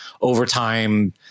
overtime